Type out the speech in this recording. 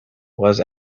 was